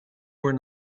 were